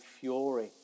fury